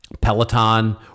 Peloton